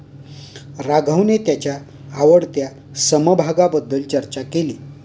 राघवने त्याच्या आवडत्या समभागाबद्दल चर्चा केली